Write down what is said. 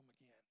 again